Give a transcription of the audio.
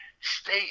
stay